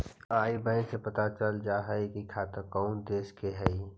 आई बैन से पता चल जा हई कि खाता कउन देश के हई